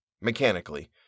mechanically